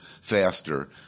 faster